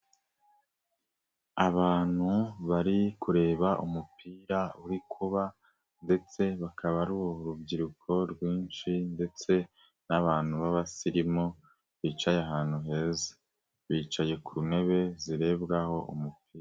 Abantu bari kureba umupira uri kuba ndetse bakaba ari urubyiruko rwinshi ndetse n'abantu b'abasirimu bicaye ahantu heza. Bicaye ku ntebe zirebwaho umupira.